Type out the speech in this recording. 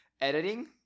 Editing